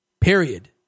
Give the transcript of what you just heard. period